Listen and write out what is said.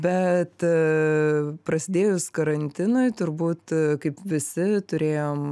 bet prasidėjus karantinui turbūt kaip visi turėjom